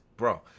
Bro